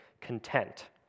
content